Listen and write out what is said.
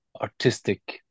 artistic